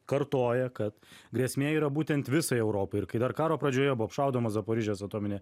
kartoja kad grėsmė yra būtent visai europai ir kai dar karo pradžioje buvo apšaudoma zaporižės atominė